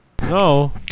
No